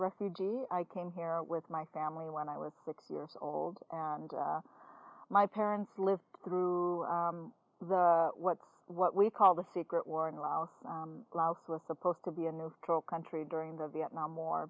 refugee i came here with my family when i was six years old and my parents lived through the what we call the secret war in laos laos was supposed to be a neutral country during the vietnam war